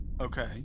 Okay